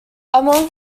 among